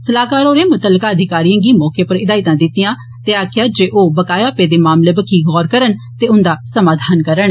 सलाहकार होरें मुत्तलका अधिकारिए गी मौके उप्पर हिदायतां दितियां ते आक्खेआ जे ओ बकाया पेदे मामलें बक्खी गौर करन ते उन्दा समाधान करन